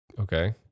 okay